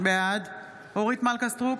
בעד אורית מלכה סטרוק,